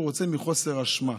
הוא רוצה חוסר אשמה.